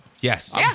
Yes